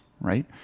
right